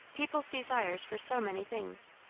people's desires for so many things?